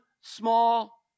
small